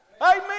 Amen